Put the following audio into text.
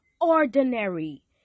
ordinary